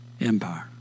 empire